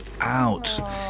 out